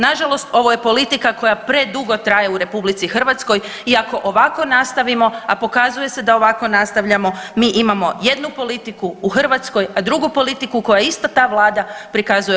Nažalost ovo je politika koja predugo traje u RH i ako ovako nastavimo, a pokazuje se da ovako nastavljamo mi imamo jednu politiku u Hrvatskoj, a drugu politiku koju ista ta vlada prikazuje EU.